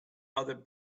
other